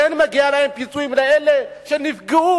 כן מגיע להם פיצויים, לאלה שנפגעו.